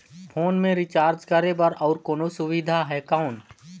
Phone मे recharge करे बर और कोनो सुविधा है कौन?